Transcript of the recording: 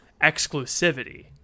exclusivity